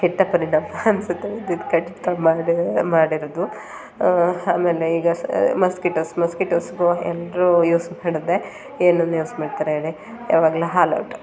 ಕೆಟ್ಟ ಪರಿಣಾಮ ಅನಿಸುತ್ತೆ ವಿದ್ಯುತ್ ಕಡಿತ ಮಾಡೋ ಮಾಡಿರೋದು ಆಮೇಲೆ ಈಗ ಮೊಸ್ಕಿಟೋಸ್ ಮೊಸ್ಕಿಟೋಸ್ಗೂ ಎಲ್ಲರೂ ಯೂಸ್ ಮಾಡೋದೇ ಏನನ್ನು ಯೂಸ್ ಮಾಡ್ತಾರೆ ಹೇಳಿ ಯಾವಾಗಲೂ ಹಾಲ್ ಔಟು